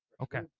Okay